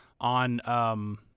on